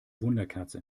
wunderkerze